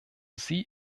sie